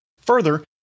Further